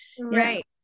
right